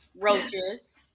roaches